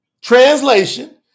Translation